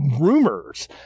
rumors